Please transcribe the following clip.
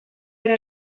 bera